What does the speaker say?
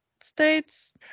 states